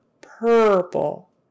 purple